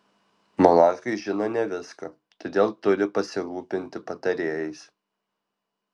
monarchai žino ne viską todėl turi pasirūpinti patarėjais